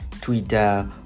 Twitter